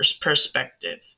perspective